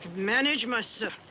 manage myself.